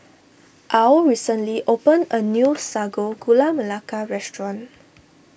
Al recently opened a new Sago Gula Melaka restaurant